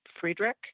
Friedrich